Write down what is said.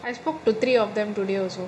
I spoke to three of them today also